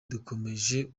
dukomeje